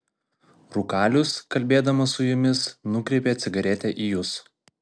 rūkalius kalbėdamas su jumis nukreipia cigaretę į jus